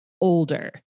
older